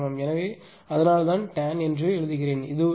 எனவே அதனால்தான் டான் என்று எழுதினேன் அது உண்மையில் 432